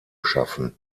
schaffen